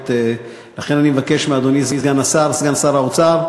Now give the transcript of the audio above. לכן אני מבקש מאדוני סגן שר האוצר,